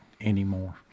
anymore